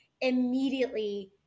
immediately